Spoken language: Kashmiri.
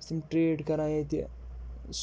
ٲس تِم ٹرٛیڈ کَران ییٚتہِ